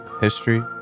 history